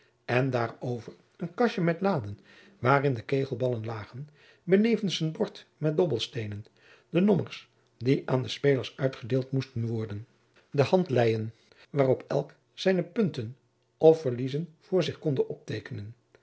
en daarover een kastje met laden waarin de kegelballen lagen benevens een bord met dobbelsteenen de nommers die aan de spelers uitgedeeld moesten worden de handleien waarop elk zijne poincten of verliezen voor zich konde opteekenen